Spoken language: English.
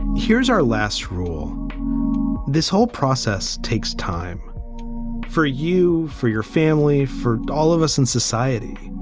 here's our last rule this whole process takes time for you, for your family, for all of us in society.